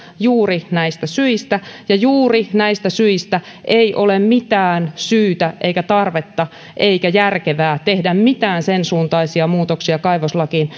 juuri näistä syistä ja juuri näistä syistä ei ole mitään syytä eikä tarvetta eikä järkevää tehdä mitään sen suuntaisia muutoksia kaivoslakiin